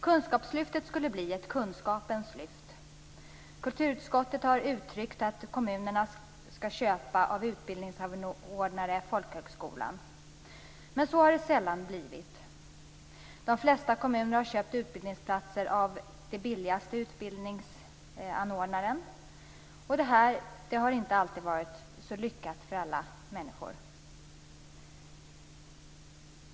Kunskapslyftet skulle bli ett kunskapens lyft. Kulturutskottet har uttryckt att kommunerna skall köpa utbildning av utbildningsanordnaren folkhögskolan. Men så har det sällan blivit. De flesta kommuner har köpt utbildningsplatser av den billigaste utbildningsanordnaren, och det har inte alltid varit så lyckat för alla människor.